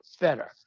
better